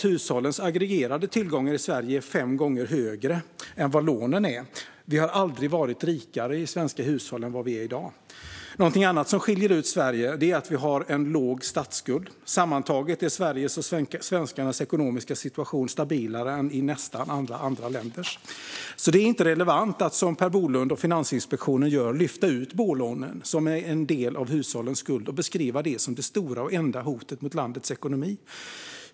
Hushållens aggregerade tillgångar är i Sverige fem gånger högre än lånen. Svenska hushåll har aldrig varit rikare. Något annat som skiljer ut Sverige är att vi har en låg statsskuld. Sammantaget är Sveriges och svenskarnas ekonomiska situation stabilare än nästan alla andra länders. Det är alltså inte relevant att som Per Bolund och Finansinspektionen lyfta ut bolånen, som är en del av hushållens skuld, och beskriva dem som det stora och enda hotet mot landets ekonomi.